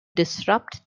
disrupt